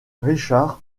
richard